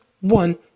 one